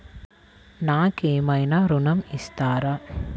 నాకు ఏమైనా ఋణం ఇస్తారా?